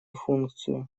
функцию